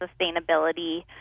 sustainability